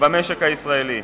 במשק הישראלי.